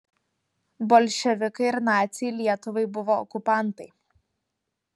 bolševikai ir naciai lietuvai buvo okupantai